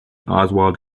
oswald